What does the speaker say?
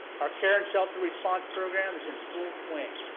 our care and shelter response program is in full swing!